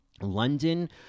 London